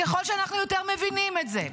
ככל שאנחנו יותר מבינים את זה,